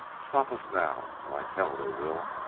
stop us now? like hell they will!